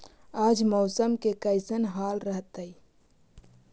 आज मौसम के कैसन हाल रहतइ?